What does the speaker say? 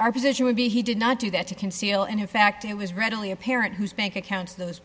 our position would be he did not do that to conceal and in fact it was readily apparent whose bank accounts those